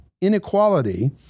inequality